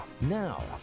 Now